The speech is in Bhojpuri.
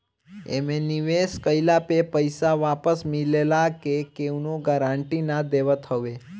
एमे निवेश कइला पे पईसा वापस मिलला के केहू गारंटी ना देवत हअ